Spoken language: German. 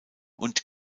und